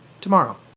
tomorrow